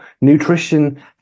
nutrition